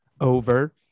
over